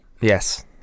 Yes